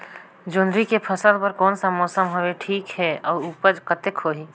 जोंदरी के फसल बर कोन सा मौसम हवे ठीक हे अउर ऊपज कतेक होही?